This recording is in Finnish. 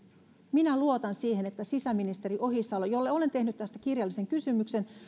minä luotan siihen että sisäministeri ohisalo jolle olen tehnyt tästä kirjallisen kysymyksen